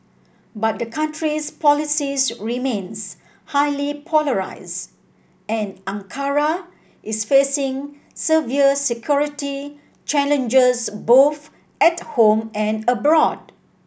but the country's politics remains highly polarised and Ankara is facing severe security challenges both at home and abroad